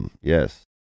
yes